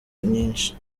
nyinshi